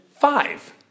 five